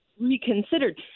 reconsidered